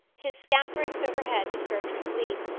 his scamperings overhead disturbed her sleep,